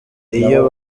iyo